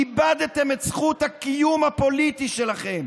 איבדתם את זכות הקיום הפוליטי שלכם.